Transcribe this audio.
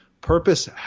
Purpose